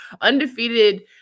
undefeated